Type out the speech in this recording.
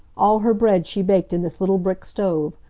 all her bread she baked in this little brick stove.